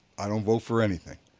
i don't vote for anything,